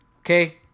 okay